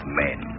men